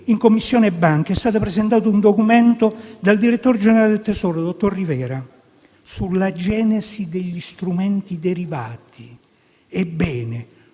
in Commissione bilancio è stato presentato un documento dal direttore generale del Tesoro, dottor Rivera, sulla genesi degli strumenti derivati.